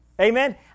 Amen